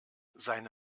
seine